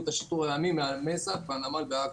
את השיטור הימי מהמזח והנמל בעכו.